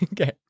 Okay